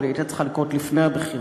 אבל היא הייתה צריכה לקרות לפני הבחירות